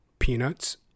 Peanuts